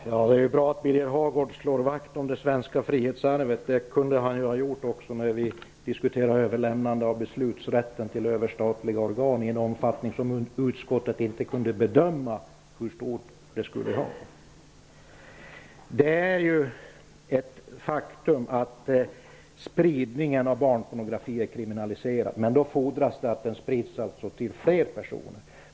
Fru talman! Det är bra att Birger Hagård slår vakt om det svenska frihetsarvet. Det kunde han ha gjort också när vi diskuterade frågan om överlämnande av beslutsrätt till överstatliga organ, där utskottet inte kunde bedöma hur stor omfattningen skulle vara. Det är ju ett faktum att spridningen av barnpornografi är kriminaliserad under förutsättning att barnpornografi sprids till flera personer.